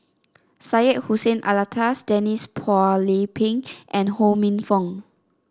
Syed Hussein Alatas Denise Phua Lay Peng and Ho Minfong